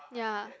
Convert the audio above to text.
yeah